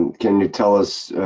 can you tell us.